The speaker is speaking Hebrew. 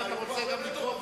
אם אתה רוצה גם לקרוא.